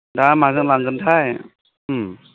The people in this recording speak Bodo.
दा माजों लांगोनथाय